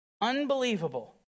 Unbelievable